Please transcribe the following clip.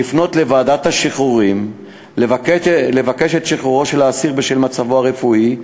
לפנות לוועדת השחרורים ולבקש את שחרורו של אסיר בשל מצבו הרפואי,